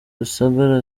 rusagara